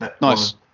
Nice